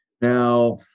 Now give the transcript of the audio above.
Now